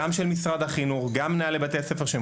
של משרד החינוך ושל מנהלי בתי הספר.